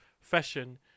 fashion